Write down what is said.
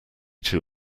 too